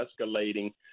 escalating